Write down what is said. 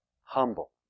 humble